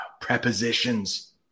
prepositions